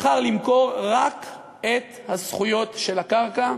בחר למכור רק את הזכויות של הקרקע,